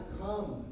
come